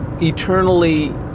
eternally